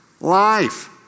life